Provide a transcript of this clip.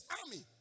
army